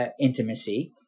intimacy